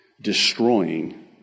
destroying